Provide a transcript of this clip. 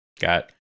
Got